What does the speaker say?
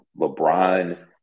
LeBron